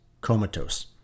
comatose